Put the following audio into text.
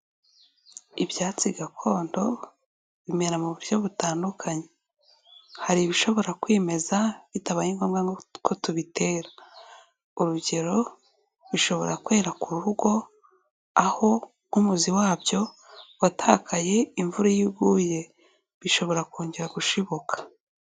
Ibyatsi gakondo bimera mu buryo butandukanye hari ibishobora kwimeza bitabaye ngombwa ko tubitera, urugero bishobora kwera ku rugo aho nk'umuzi wabyo watakaye, imvura iyo iguye bishobora kongera gushibuka.